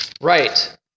Right